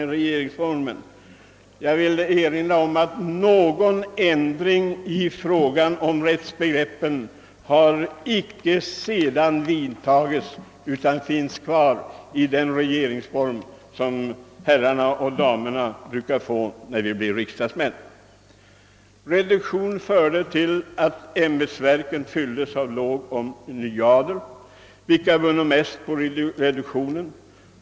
Jag vill erinra om att någon ändring i fråga om rättsbegreppen icke vidtagits därefter, utan samma rättsbegrepp finns kvar i den regeringsform som herrarna och damerna brukar få när de blir riksdagsmän. Reduktionen ledde till att ämbetsverken fylldes av lågoch nyadel, som vann mest på reduktionen.